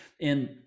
And-